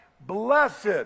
Blessed